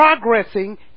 progressing